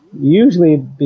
usually